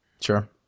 Sure